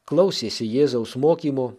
klausėsi jėzaus mokymo